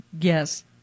Yes